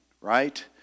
right